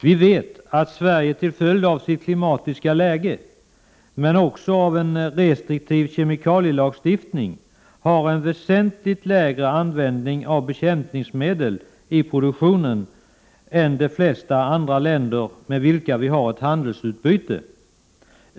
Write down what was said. Vi vet att Sverige till följd av sitt klimatiska läge men också till följd av en restriktiv kemikalielagstiftning har en väsentligt lägre användning av bekämpningsmedel i produktionen än de flesta andra länder med vilka vi har ett handelsutbyte.